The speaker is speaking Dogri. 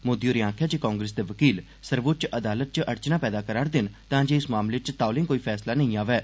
मोदी हारें आखेआ जे कांग्रेस दे वकील सर्वोच्च अदालत च अड़चनां पैदा करा'रदे न तांजे इस मामले च तौले कोई फैसला नेई आवै